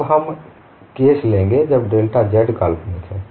अब हम केस लेंगे जब डेल्टा z काल्पनिक है